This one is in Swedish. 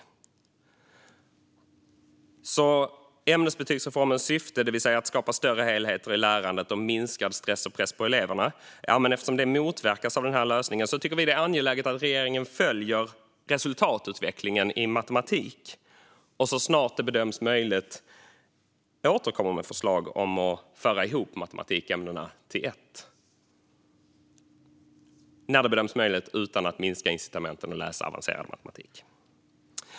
Eftersom ämnesbetygsreformens syfte, det vill säga att skapa större helheter i lärandet och minskad stress och press på eleverna, motverkas av denna lösning tycker vi att det är angeläget att regeringen följer resultatutvecklingen i matematik och så snart som det bedöms möjligt återkommer med förslag om att föra ihop matematikämnena till ett, utan att minska incitamenten att läsa avancerad matematik.